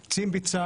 אני קצין בצה"ל,